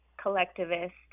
collectivist